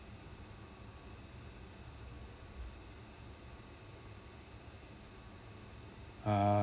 uh